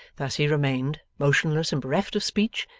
thus he remained, motionless and bereft of speech,